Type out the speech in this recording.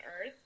earth